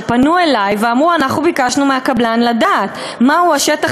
פנו אלי ואמרו: אנחנו ביקשנו מהקבלן לדעת מהו השטח